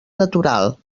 natural